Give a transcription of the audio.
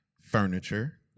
furniture